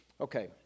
okay